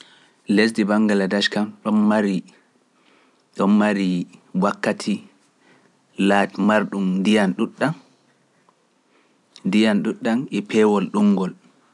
Lesdi banggal e dañi kam ɗum mari ɗum mari wakkati laat marɗum ndiyam ɗuuɗɗam ndiyam ɗuuɗɗam e peewol ɗum ngol